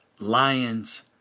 lions